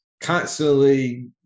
constantly